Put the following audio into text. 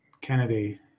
Kennedy